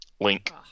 link